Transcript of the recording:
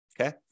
okay